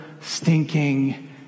stinking